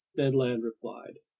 ned land replied.